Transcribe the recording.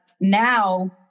now